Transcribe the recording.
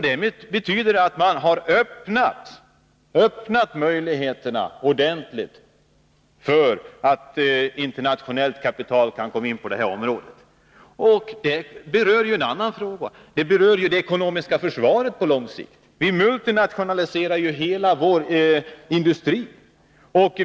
Det betyder att man har öppnat möjligheterna ordentligt för internationellt kapital att komma in på det området. Detta berör på lång sikt en annan fråga, nämligen det ekonomiska försvaret. Vi multinationaliserar hela vår industri.